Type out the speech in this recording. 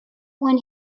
when